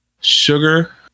sugar